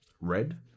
red